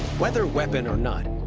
weather weapon or not,